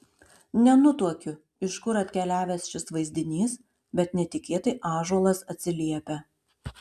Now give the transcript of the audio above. nenutuokiu iš kur atkeliavęs šis vaizdinys bet netikėtai ąžuolas atsiliepia